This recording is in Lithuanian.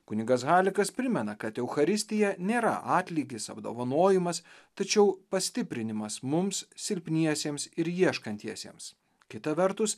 kunigas halikas primena kad eucharistija nėra atlygis apdovanojimas tačiau pastiprinimas mums silpniesiems ir ieškantiesiems kita vertus